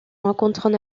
rencontrent